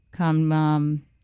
Come